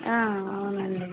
అవునండీ